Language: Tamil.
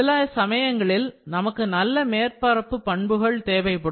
சில சமயங்களில் நமக்கு நல்ல மேற்பரப்பு பண்புகள் தேவைப்படும்